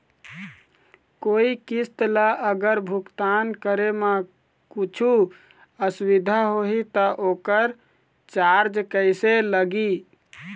कोई किस्त ला अगर भुगतान करे म कुछू असुविधा होही त ओकर चार्ज कैसे लगी?